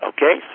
Okay